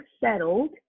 settled